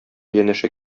янәшә